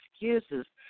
excuses